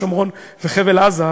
שומרון וחבל-עזה",